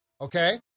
Okay